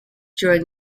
during